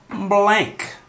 blank